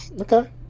Okay